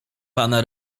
pana